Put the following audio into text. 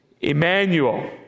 Emmanuel